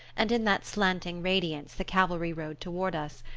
and in that slanting radiance the cavalry rode toward us,